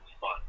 fun